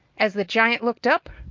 as the giant looked up,